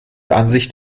ansicht